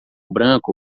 branco